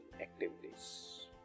Activities